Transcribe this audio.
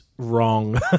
Wrong